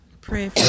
Pray